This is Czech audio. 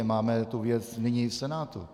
Máme tu věc nyní v Senátu.